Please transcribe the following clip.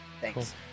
Thanks